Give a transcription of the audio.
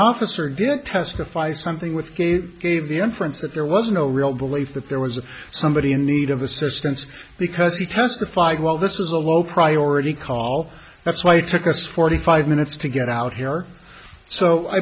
officer did testify something gave the inference that there was no real belief that there was somebody in need of assistance because he testified well this is a low priority call that's why it took us forty five minutes to get out here so i